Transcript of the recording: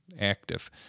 active